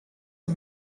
are